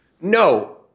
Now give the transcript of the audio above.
No